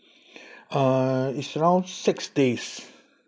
uh it's around six days